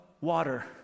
water